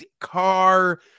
car